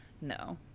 no